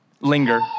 linger